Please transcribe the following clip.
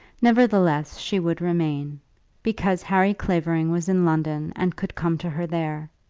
nevertheless, she would remain because harry clavering was in london and could come to her there.